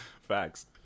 Facts